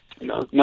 No